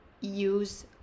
use